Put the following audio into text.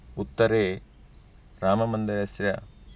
उत्तरे राममन्दिरस्य